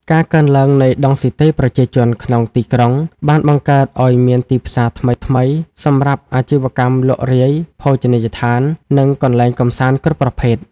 ការកើនឡើងនៃដង់ស៊ីតេប្រជាជនក្នុងទីក្រុង បានបង្កើតឱ្យមានទីផ្សារថ្មីៗសម្រាប់អាជីវកម្មលក់រាយ ភោជនីយដ្ឋាន និងកន្លែងកម្សាន្តគ្រប់ប្រភេទ។